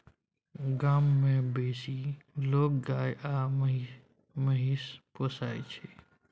गाम मे बेसी लोक गाय आ महिष पोसय छै